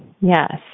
yes